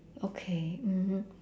okay mmhmm